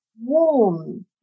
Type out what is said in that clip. warm